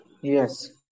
Yes